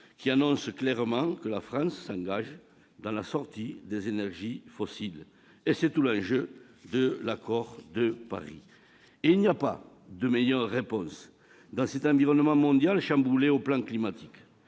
qui annonce clairement que la France s'engage dans la sortie des énergies fossiles, et c'est tout l'enjeu de l'Accord de Paris. Dans cet environnement mondial chamboulé au plan climatique,